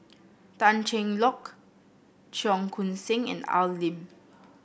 Tan Cheng Lock Cheong Koon Seng and Al Lim